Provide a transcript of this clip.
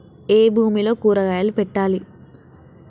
ఏ భూమిలో కూరగాయలు పెట్టాలి?